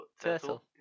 turtle